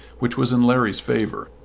which was in larry's favour,